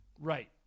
Right